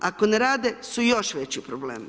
Ako ne rade, su još veći problem.